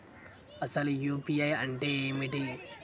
అసలు యూ.పీ.ఐ అంటే ఏమిటి?